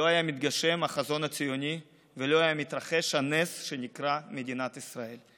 לא היה מתגשם החזון הציוני ולא היה מתרחש הנס שנקרא מדינת ישראל.